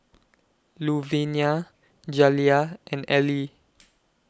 Louvenia Jaliyah and Elie